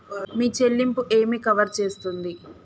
మీ చెల్లింపు ఏమి కవర్ చేస్తుంది?